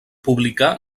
publicà